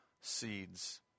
seeds